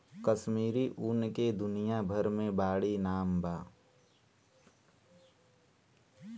कश्मीरी ऊन के दुनिया भर मे बाड़ी नाम बा